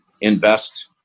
invest